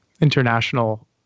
international